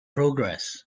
progress